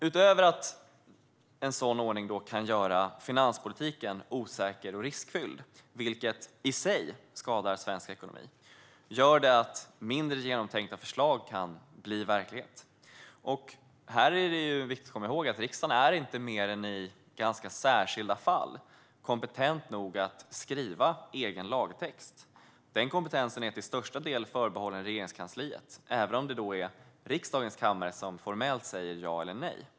Utöver att en sådan ordning kan göra finanspolitiken osäker och riskfylld, vilket i sig skadar svensk ekonomi, gör det att mindre genomtänkta förslag kan bli verklighet. Här är det viktigt att komma ihåg att riksdagen inte i mer än i ganska särskilda fall är kompetent nog att skriva egen lagtext. Den kompetensen är till största delen förbehållen Regeringskansliet, även om det är riksdagens kammare som formellt säger ja eller nej.